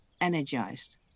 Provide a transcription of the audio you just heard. energized